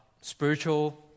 spiritual